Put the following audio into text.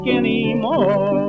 anymore